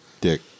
dick